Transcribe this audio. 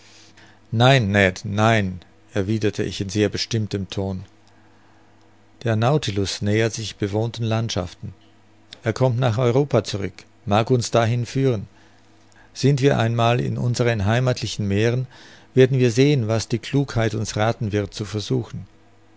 nein ned nein erwiderte ich in sehr bestimmtem ton der nautilus nähert sich bewohnten landschaften er kommt nach europa zurück mag uns dahin führen sind wir einmal in unseren heimathlichen meeren werden wir sehen was die klugheit uns rathen wird zu versuchen